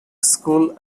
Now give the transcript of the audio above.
school